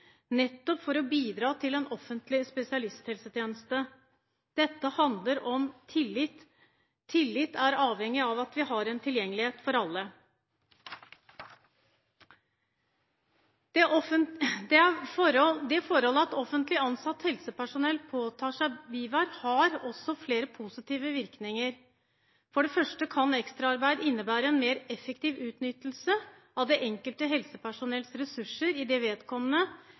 nettopp for å bidra til en offentlig spesialisthelsetjeneste. Dette handler om tillit. Tillit er avhengig av at vi har tilgjengelighet for alle. Det forhold at offentlig ansatt helsepersonell påtar seg bierverv, har også flere positive virkninger. For det første kan ekstraarbeid innebære en mer effektiv utnyttelse av det enkelte helsepersonells ressurser, idet vedkommende da utfører tjenester i fritiden, men ikke minst vil også det